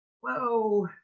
whoa